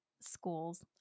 schools